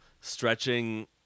stretching